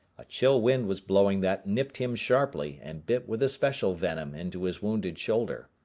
a chill wind was blowing that nipped him sharply and bit with especial venom into his wounded shoulder.